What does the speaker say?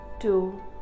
two